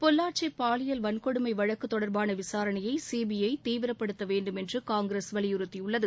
பொள்ளாட்சி பாலியல் வன்கொடுமை வழக்கு தொடர்பான விசாரணையை சிபிஐ தீவிரப்படுத்த வேண்டும் என்று காங்கிரஸ் வலியுறுத்தியுள்ளது